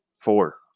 Four